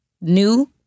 new